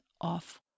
off